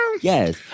Yes